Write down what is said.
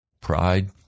Pride